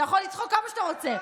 אתה יכול לצחוק כמה שאתה רוצה.